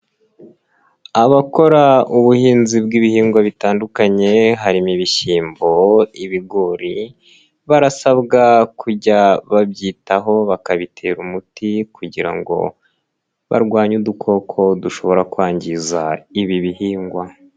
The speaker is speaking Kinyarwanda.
Abakora ubuhinzi bw'ibihingwa bitandukanye harimo ibishyimbo, ibigori barasabwa kujya babyitaho bakabitera umuti kugira ngo barwanye udukoko dushobora kwangiza ibi bihingwa.